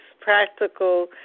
practical